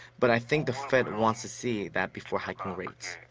but i think the fed wants to see that before hiking rates.